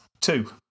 two